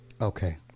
Okay